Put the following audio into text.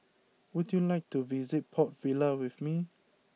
would you like to visit Port Vila with me